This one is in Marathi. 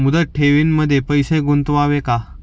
मुदत ठेवींमध्ये पैसे गुंतवावे का?